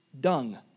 dung